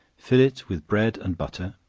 fill it with bread and butter,